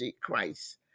Christ